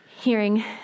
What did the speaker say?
hearing